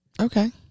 Okay